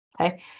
Okay